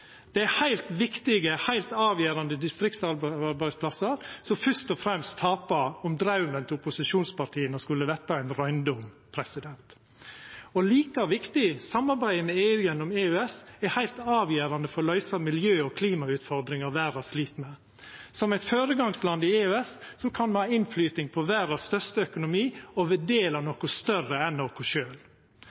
Det er heilt viktige, heilt avgjerande distriktsarbeidsplassar som fyrst og fremst tapar om draumen til opposisjonspartia skulle verta røyndom. Like viktig: Samarbeidet med EU gjennom EØS er heilt avgjerande for å løysa miljø- og klimautfordringane verda slit med. Som eit føregangsland i EØS kan me har innverknad på den største økonomien i verda og vera del av noko større enn